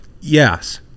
yes